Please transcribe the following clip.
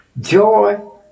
joy